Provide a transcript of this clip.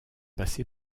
passé